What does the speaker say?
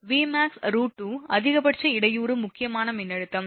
Vmax√2 அதிகபட்ச இடையூறு முக்கியமான மின்னழுத்தம்